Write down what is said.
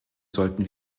sollten